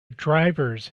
drivers